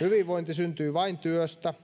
hyvinvointi syntyy vain työstä